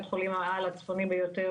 בית חולים העל התפוני ביותר,